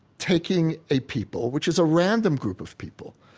taking a people, which is a random group of people,